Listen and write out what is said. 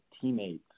teammates